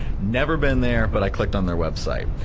never been there but i clicked on their website.